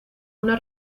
una